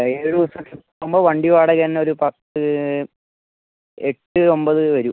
ഏഴ് ദിവസം ട്രിപ്പ് നമ്മൾ വണ്ടി വാടക തന്നൊരു പത്ത് എട്ട് ഒൻപത് വരു